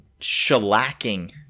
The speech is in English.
shellacking